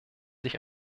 sich